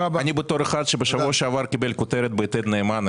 בתור אחד שבשבוע שעבר קיבל כותרת ב"יתד נאמן",